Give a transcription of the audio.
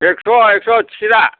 एकस' एकस' टिकेटा